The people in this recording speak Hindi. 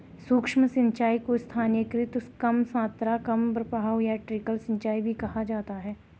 सूक्ष्म सिंचाई को स्थानीयकृत कम मात्रा कम प्रवाह या ट्रिकल सिंचाई भी कहा जाता है